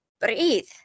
Breathe